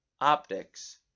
optics